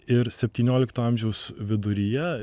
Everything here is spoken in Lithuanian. ir septyniolikto amžiaus viduryje